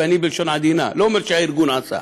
ואני, בלשון עדינה, לא אומר שהארגון עשה,